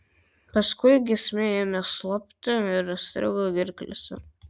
paskui giesmė ėmė slopti ir įstrigo gerklėse